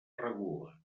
regula